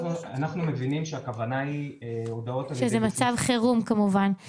אנחנו מבינים שהכוונה היא הודעות על ידי --- שזה מצב חירום כמובן.